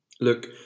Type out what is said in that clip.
Look